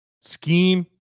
scheme